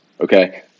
Okay